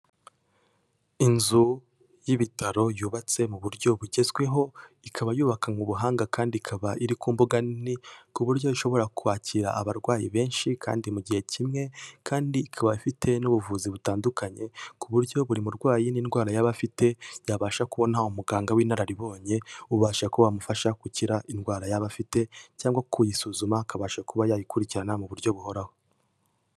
Inzu y'ibitaro yubatse mu buryo bugezweho, ikaba yubakanwe ubuhanga kandi ikaba iri ku mbuga nini ku buryo ishobora kwakira abarwayi benshi kandi mu gihe kimwe kandi ikaba ifite n'ubuvuzi butandukanye ku buryo buri murwayi n'indwara yaba afite, yabasha kubona umuganga w'inararibonye ubasha kuba wamufasha gukira indwara yaba afite cyangwa kuyisuzuma, akabasha kuba yayikurikirana mu buryo buhoraho.